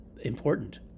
important